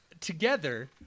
together